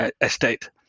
estate